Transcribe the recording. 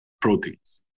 proteins